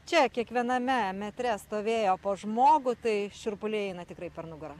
čia kiekviename metre stovėjo po žmogų tai šiurpuliai eina tikrai per nugarą